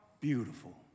beautiful